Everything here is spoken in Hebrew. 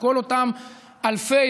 כל אותם אלפי,